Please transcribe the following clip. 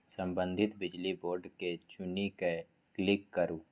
संबंधित बिजली बोर्ड केँ चुनि कए क्लिक करु